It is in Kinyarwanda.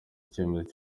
icyemezo